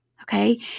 Okay